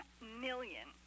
million